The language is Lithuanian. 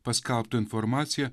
paskelbtą informaciją